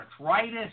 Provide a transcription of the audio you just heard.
arthritis